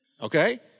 Okay